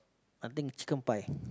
I think chicken pie